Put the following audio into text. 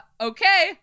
okay